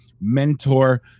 mentor